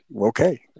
okay